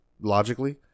logically